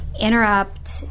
interrupt